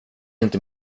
inte